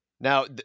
Now